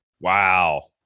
wow